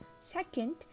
Second